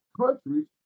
countries